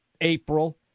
April